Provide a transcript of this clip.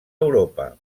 europa